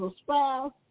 spouse